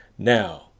Now